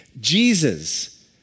Jesus